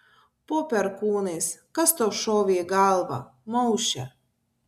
po perkūnais kas tau šovė į galvą mauše